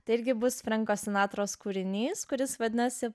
tai irgi bus frenko sinatros kūrinys kuris vadinasi